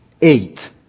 eight